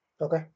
Okay